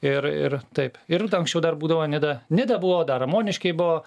ir ir taip ir anksčiau dar būdavo nida nida buvo dar ramoniškiai buvo